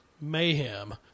Mayhem